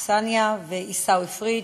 מגישי ההצעה קסניה ועיסאווי פריג',